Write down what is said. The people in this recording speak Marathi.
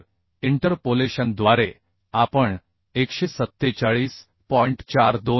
तर इंटरपोलेशन द्वारे आपण 147